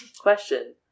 Question